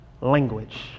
language